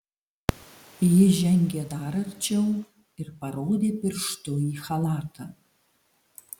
ji žengė dar arčiau ir parodė pirštu į chalatą